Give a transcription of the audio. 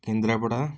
Kendrapara